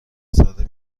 ساده